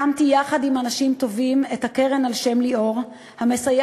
הקמתי יחד עם אנשים טובים את הקרן על-שם ליאור המסייעת